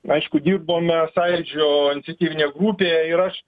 aišku dirbome sąjūdžio iniciatyvinėje grupėje ir aš